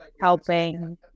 helping